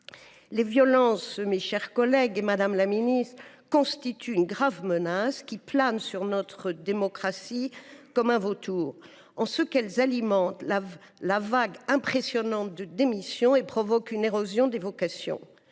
Di Folco. Mes chers collègues, les violences constituent une grave menace, qui plane sur notre démocratie comme un vautour. Elles alimentent une vague impressionnante de démissions et provoquent une érosion des vocations.